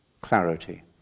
clarity